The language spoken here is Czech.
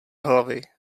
hlavy